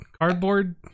cardboard